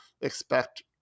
expect